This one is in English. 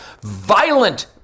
violent